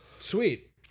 Sweet